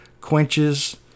quenches